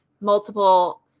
multiple